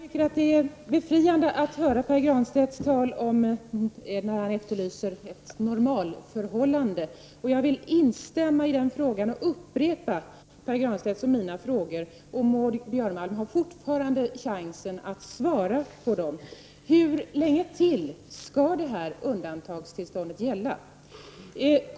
Herr talman! Det är befriande att höra Pär Granstedts tal när han efterlyser ett normalförhållande. Jag vill instämma i den frågan och upprepa Pär Granstedts och mina frågor. Maud Björnemalm har fortfarande chansen att svara på dem. Hur länge till skall det här undantagstillståndet gälla?